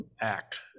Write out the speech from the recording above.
act